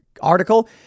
article